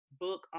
book